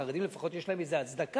החרדים, לפחות, יש להם איזו הצדקה.